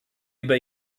über